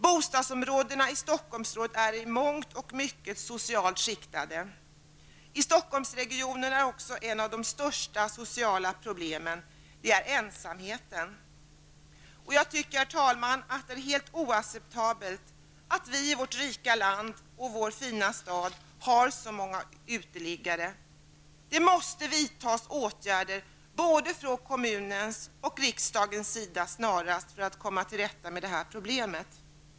Bostadsområdena i Stockholmsområdet är i mångt och mycket socialt skiktade. I Stockholmsregionen är också ett av de största sociala problemen ensamheten. Jag tycker, herr talman, att det är helt oacceptabelt att vi i vårt rika land och i vår fina stad har så många uteliggare. Det måste vidtas åtgärder snarast, både från kommunens och från riksdagens sida, för att komma till rätta med det här problemet.